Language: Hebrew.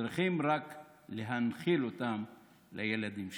וצריכים רק להנחיל אותם לילדים שלנו.